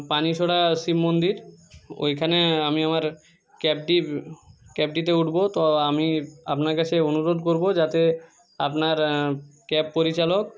পানিছড়া শিবমন্দির ওইখানে আমি আমার ক্যাবটির ক্যাবটিতে উঠবো তো আমি আপনার কাছে অনুরোধ করবো যাতে আপনার ক্যাব পরিচালক